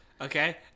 Okay